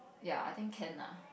ya I think can lah